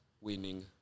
winning